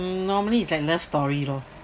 normally it's like love story lor